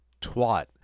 twat